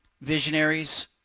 visionaries